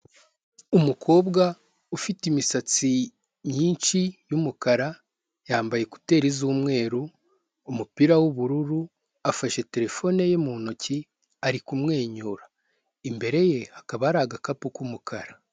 Umukobwa ufite imisatsi myinshi y'umukara, yambaye kuteri z'umweru, umupira w'ubururu, afashe terefone ye mu ntoki ari kumwenyura. Imbere ye hakaba hari agakapu k'umukara.